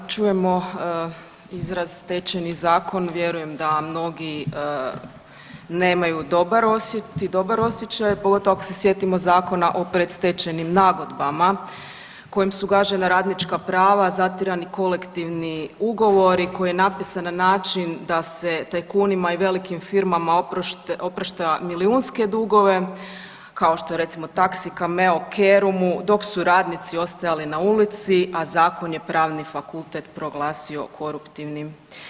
Da, kad čujemo izraz Stečajni zakon vjerujem da mnogi nemaju dobar osjećaj, pogotovo ako se sjetimo Zakon o predstečajnim nagodbama kojim su gašena radnička prava, zatirani kolektivni ugovori koji je napisan na način da se tajkunima i velikim firmama oprašta milijunske dugove kao što je recimo taxi Cameo, Kerumu dok su radnici ostajali na ulici a zakon je Pravni fakultet proglasio koruptivnim.